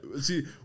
see